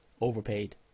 overpaid